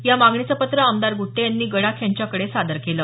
या मागणीचं पत्र आमदार गुट्टे यांनी गडाख यांच्याकडे सादर केल